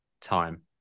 time